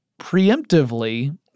preemptively